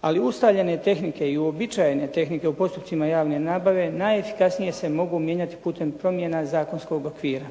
Ali ustaljene tehnike i uobičajene tehnike u postupcima javne nabave najefikasnije se mogu mijenjati putem promjena zakonskog okvira.